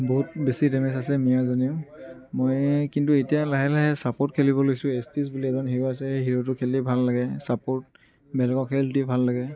বহুত বেছি ডেমেজ আছে মিয়াজনীও মই কিন্তু এতিয়া লাহে লাহে চাপৰ্ট খেলিব লৈছোঁ এচষ্টিচ বোলা এজন হিৰ আছে হিৰটো খেলি ভাল লাগে চাপৰ্ট ভাল লাগে